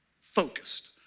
focused